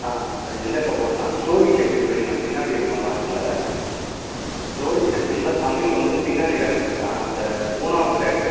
ஆ அது எந்த கபோர்ட்னால் ஸ்டோரி செக்ஷன் போய்விடுங்க பின்னாடி இருக்கும் லாஸ்டில் ஸ்டோரி செக்ஷனில் தமிழ் வந்து பின்னாடி ரேக் அந்த மூணாவது ரேக்கு